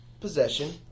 possession